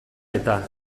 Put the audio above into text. eta